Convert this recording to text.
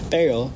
Pero